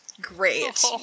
Great